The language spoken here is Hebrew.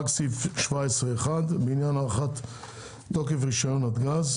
רק סעיף 17(1) (בעניין הארכת תוקף רישיון נתג"ז),